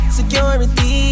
Security